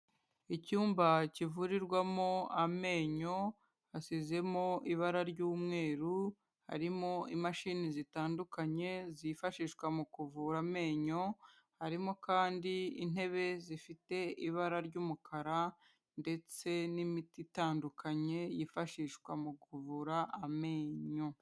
Icyumba kivurirwamo amenyo hasizemo ibara ry'umweru, harimo imashini zitandukanye zifashishwa mu kuvura amenyo, harimo kandi intebe zifite ibara ry'umukara ndetse n'imiti itandukanye yifashishwa mu kuvura amenyo.